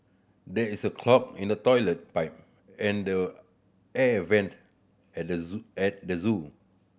there is a clog in the toilet pipe and the air vent at the zoo at the zoo